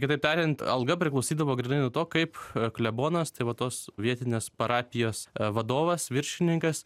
kitaip tariant alga priklausydavo grynai nuo to kaip klebonas tai va tos vietinės parapijos vadovas viršininkas